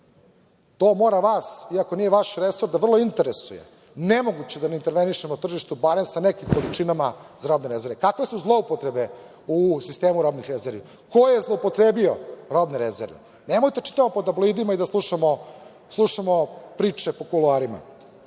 To mora vas, iako nije vaš resor da vrlo interesuje. Nemoguće da intervenišemo na tržištu barem sa nekim količinama iz robne rezerve. Kakve su zloupotrebe u sistemu robnih rezervi? Ko je zloupotrebio robne rezerve? Nemojte da čitamo po tabloidima i da slušamo priče po kuloarima. Mi